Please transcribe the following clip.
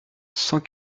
cent